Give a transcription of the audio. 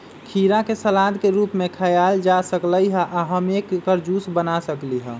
खीरा के सलाद के रूप में खायल जा सकलई ह आ हम एकर जूस बना सकली ह